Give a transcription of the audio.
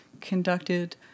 conducted